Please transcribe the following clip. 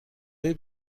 های